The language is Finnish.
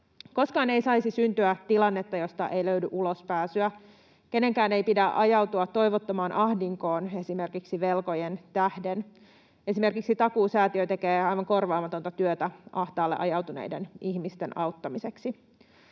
Koskaan ei saisi syntyä tilannetta, josta ei löydy ulospääsyä. Kenenkään ei pidä ajautua toivottomaan ahdinkoon esimerkiksi velkojen tähden. Esimerkiksi Takuusäätiö tekee aivan korvaamatonta työtä ahtaalle ajautuneiden ihmisten auttamiseksi.